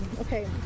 okay